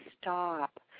stop